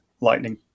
lightning